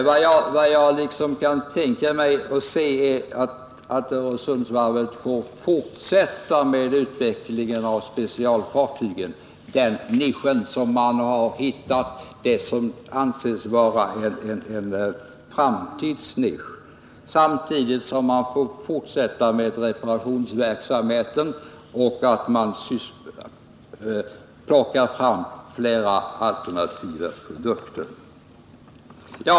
Vad jag kan tänka mig är att Öresundsvarvet får fortsätta med utvecklingen av specialfartygen, den nisch som man har hittat och som anses erbjuda en framtid, samtidigt som varvet får fortsätta med reparationsverksamheten plus att det plockas fram flera alternativa produkter.